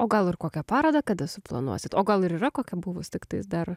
o gal ir kokią parodą kada suplanuosite o gal ir yra kokia buvus tiktais dar